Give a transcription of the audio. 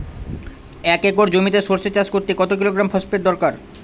এক একর জমিতে সরষে চাষ করতে কত কিলোগ্রাম ফসফেট দরকার?